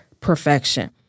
perfection